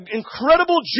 incredible